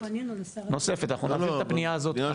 אנחנו גם נפנה לנגיד בנק ישראל בעניין הזה,